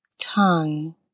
Tongue